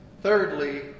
thirdly